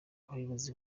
abayobozi